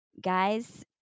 guys